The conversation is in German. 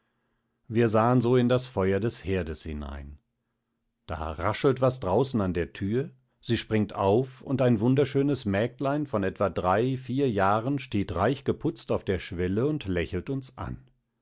wir sahen so in das feuer des herdes hinein da raschelt was draußen an der tür sie springt auf und ein wunderschönes mägdlein von etwa drei vier jahren steht reich geputzt auf der schwelle und lächelt uns an